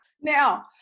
now